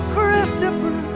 Christopher